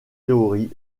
théorie